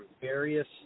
various